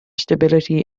stability